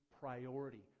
priority